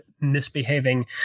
misbehaving